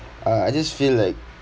uh I just feel like